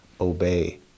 obey